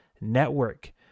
Network